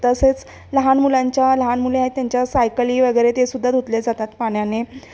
तसेच लहान मुलांच्या लहान मुले आहेत त्यांच्या सायकली वगैरे ते सुद्धा धुतले जातात पाण्याने